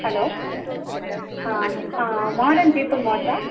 hello modern paper மார்ட்டா